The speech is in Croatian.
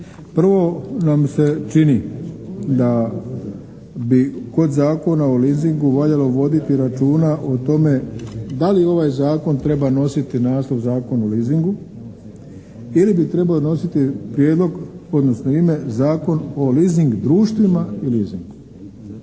Prvo nam se čini da bi kod Zakona o leasingu valjalo voditi računa o tome da li ovaj Zakon treba nositi naslov Zakon o leasingu ili bi trebao nositi prijedlog odnosno ime Zakon o leasing društvima i leasingu.